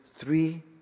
Three